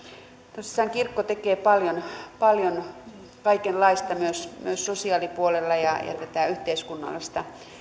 tosissaan kirkko tekee paljon paljon kaikenlaista myös myös sosiaalipuolella ja yhteiskunnallista